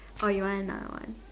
or you want another one